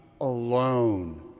alone